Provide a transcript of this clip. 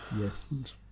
Yes